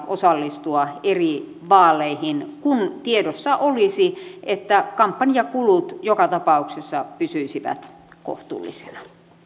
osallistua eri vaaleihin kun tiedossa olisi että kampanjakulut joka tapauksessa pysyisivät kohtuullisina arvoisa